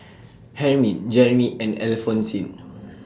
Hermine Jeramy and Alphonsine